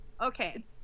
Okay